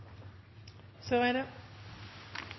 så er det